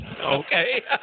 okay